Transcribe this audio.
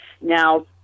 now